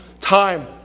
time